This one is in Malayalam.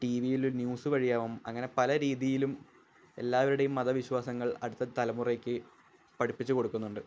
ടി വിയില് ന്യൂസ് വഴിയാവാം അങ്ങനെ പല രീതിയിലും എല്ലാവരുടെയും മത വിശ്വാസങ്ങൾ അടുത്ത തലമുറയ്ക്ക് പഠിപ്പിച്ചുകൊടുക്കുന്നുണ്ട്